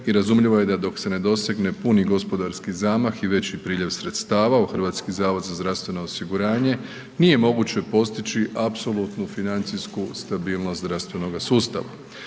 i razumljivo je da dok se ne dosegne puni gospodarski zamah i veći priljev sredstava u HZZO, nije moguće postići apsolutnu financijsku stabilnost zdravstvenoga sustava.